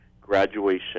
graduation